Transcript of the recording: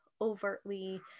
overtly